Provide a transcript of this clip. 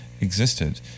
existed